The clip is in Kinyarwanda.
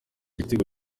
ibitego